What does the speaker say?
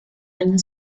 año